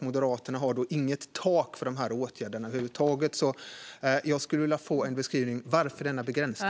Moderaterna har inte något tak för dessa åtgärder över huvud taget. Jag skulle vilja få en beskrivning. Varför denna begränsning?